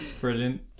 Brilliant